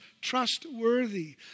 trustworthy